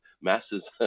masses